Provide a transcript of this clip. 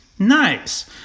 Nice